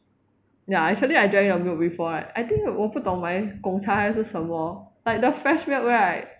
ya actually I join your group before right I think 我不懂买 Gong Cha 还是什么 like the fresh milk right